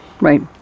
Right